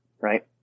Right